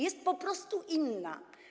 jest po prostu inna.